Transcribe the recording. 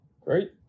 Great